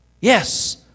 Yes